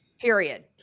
Period